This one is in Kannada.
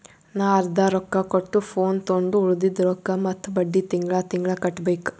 ನಾ ಅರ್ದಾ ರೊಕ್ಕಾ ಕೊಟ್ಟು ಫೋನ್ ತೊಂಡು ಉಳ್ದಿದ್ ರೊಕ್ಕಾ ಮತ್ತ ಬಡ್ಡಿ ತಿಂಗಳಾ ತಿಂಗಳಾ ಕಟ್ಟಬೇಕ್